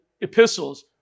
epistles